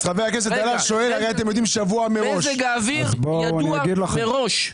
אבל מזג האוויר ידוע שבוע מראש.